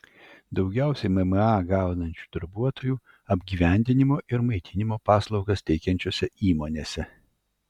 daugiausiai mma gaunančių darbuotojų apgyvendinimo ir maitinimo paslaugas teikiančiose įmonėse